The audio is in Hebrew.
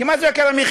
כי מה זה יוקר המחיה?